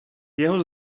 jeho